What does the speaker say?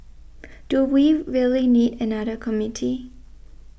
do we really need another committee